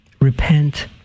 Repent